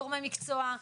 גורמי מקצוע,